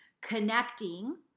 connecting